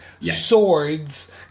swords